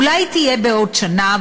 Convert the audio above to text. ואולי היא תקרה בעוד שנה,